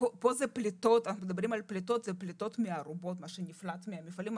על פליטות מארובות, מה שנפלט מהמפעלים.